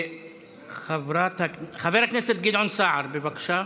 חבר הכנסת גדעון סער, בבקשה.